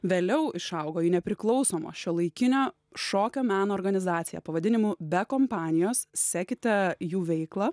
vėliau išaugo į nepriklausomo šiuolaikinio šokio meno organizaciją pavadinimu be kompanijos sekite jų veiklą